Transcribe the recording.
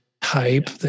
type